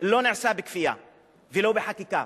לא נעשה בכפייה ולא בחקיקה,